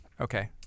Okay